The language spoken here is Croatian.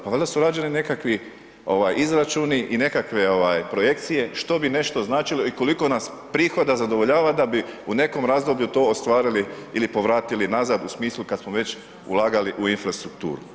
Pa valjda su rađeni nekakvi izračuni i nekakve projekcije što bi nešto značilo i koliko nas prihoda zadovoljava, da bi u nekom razdoblju to ostvarili ili povratili nazad u smislu kada smo već ulagali u infrastrukturu.